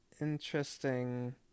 interesting